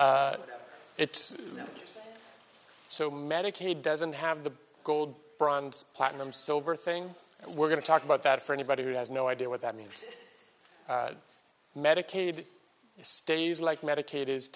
just it's so medicaid doesn't have the gold bronze platinum silver thing and we're going to talk about that for anybody who has no idea what that means medicaid stays like medicaid is